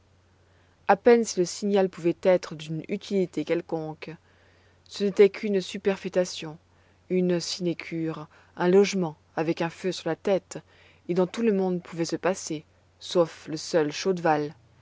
à peine si le signal pouvait être d'une utilité quelconque ce n'était qu'une superfétation une sinécure un logement avec un feu sur la tête et dont tout le monde pouvait se passer sauf le seul chaudval